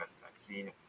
vaccine